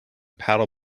paddle